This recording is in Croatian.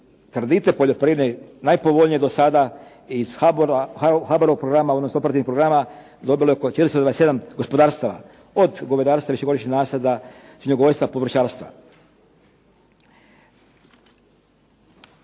kredite poljoprivredne najpovoljnije do sada iz HBOR programa, odnosno operativnih programa dobilo oko 427 gospodarstva. Od govedarstva, višegodišnjih nasada, svinjogojstva, povrćarstva.